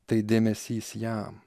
tai dėmesys jam